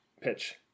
pitch